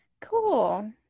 Cool